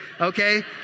okay